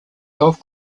golf